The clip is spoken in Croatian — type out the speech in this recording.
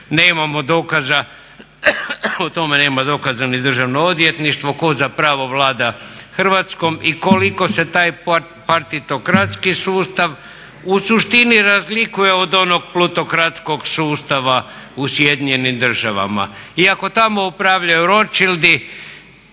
nemamo dokaza, o tome nema dokaza ni Državno odvjetništvo. Tko zapravo vlada Hrvatskom i koliko se taj paritokratski sustav u suštini razlikuje od onog plutokratskog sustava u SAD-u, iako tamo upravljaju Rothschildi